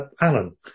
Alan